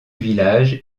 village